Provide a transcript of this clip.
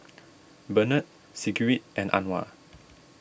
Benard Sigrid and Anwar